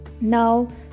Now